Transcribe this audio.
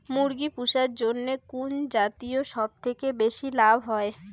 মুরগি পুষার জন্য কুন জাতীয় সবথেকে বেশি লাভ হয়?